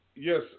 Yes